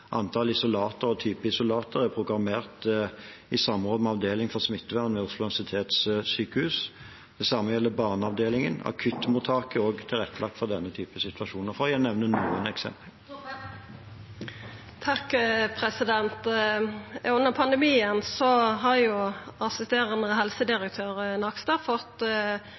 isolater er programmert i samråd med avdeling for smittevern ved Oslo universitetssykehus. Det samme gjelder barneavdelingen. Akuttmottaket er også tilrettelagt for denne typen situasjoner, for å nevne noen eksempler. Under pandemien har jo assisterande helsedirektør, Nakstad, fått